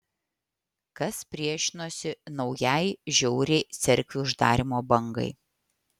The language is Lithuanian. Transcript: kas priešinosi naujai žiauriai cerkvių uždarymo bangai